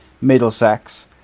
Middlesex